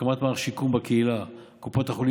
הקמת מערך שיקום בקהילה: קופות החולים